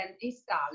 install